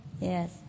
Yes